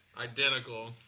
Identical